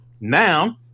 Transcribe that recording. Now